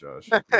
Josh